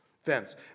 Fence